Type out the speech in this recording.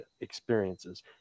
experiences